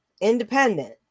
independent